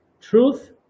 truth